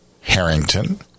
Harrington